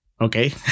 okay